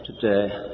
today